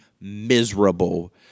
miserable